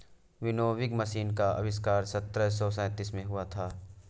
winnowing machine का आविष्कार सत्रह सौ सैंतीस में हुआ था